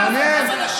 מעניין.